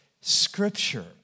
Scripture